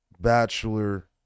bachelor